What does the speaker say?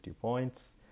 points